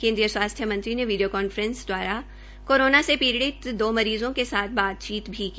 केन्द्रीय स्वास्थय मंत्री ने वीडियो कांफ्रेस दवारा कोरोना से पीडि़त दो मरीज़ो के साथ बात भी की